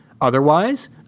Otherwise